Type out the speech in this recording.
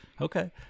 okay